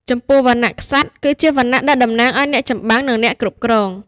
ចំពោះវណ្ណៈក្សត្រ គឺជាវណ្ណៈដែលតំណាងឲ្យអ្នកចម្បាំង និងអ្នកគ្រប់គ្រង។